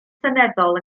seneddol